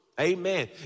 Amen